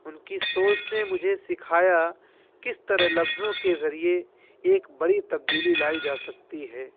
ان کی سوچ نے مجھے سکھایا کس طرح لفظوں کے ذریعے ایک بڑی تبدیلی لائی جا سکتی ہے